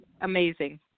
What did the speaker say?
amazing